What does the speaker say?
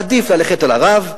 עדיף ללכת אל הרב,